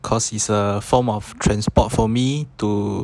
cause is a form of transport for me to